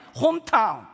hometown